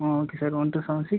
ம் okay sir one two seven six